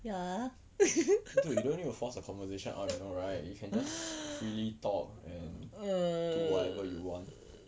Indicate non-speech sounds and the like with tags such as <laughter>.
ya <laughs> <noise> err